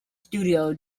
studio